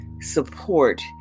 support